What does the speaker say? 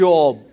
Job